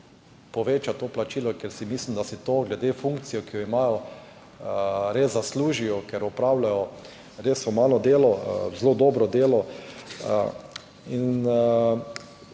povečati to plačilo. Ker si mislim, da si to glede na funkcijo, ki jo imajo, res zaslužijo, ker opravljajo res humano delo, zelo dobro delo in